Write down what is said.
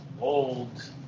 old